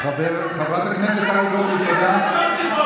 חברת הכנסת טלי גוטליב, תודה.